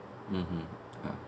mmhmm ya